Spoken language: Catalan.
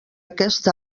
aquest